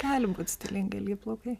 gali būt stilingi ilgi plaukai